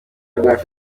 rwacu